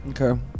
Okay